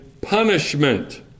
punishment